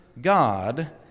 God